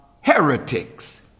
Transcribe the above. heretics